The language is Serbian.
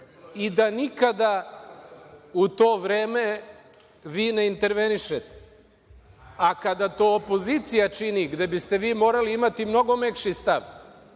i da nikada u to vreme vi ne intervenišete, a kada to opozicija čini, gde biste vi morali imati mnogo mekši stav,